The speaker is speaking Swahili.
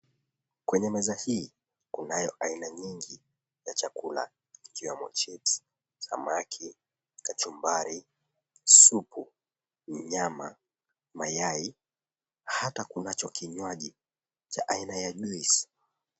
Kwenye meza hii, kunayo aina nyingi ya chakula, ikiwamo chipsi, samaki, kachumbari, supu, nyama, mayai, hata kunacho kinywaji cha aina ya juisi.